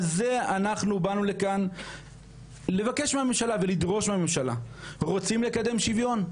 על זה באנו לכאן לבקש מהממשלה ולדרוש רוצים לקדם שוויון?